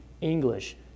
English